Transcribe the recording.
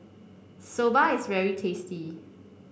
Soba is very tasty